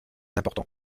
important